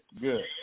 Good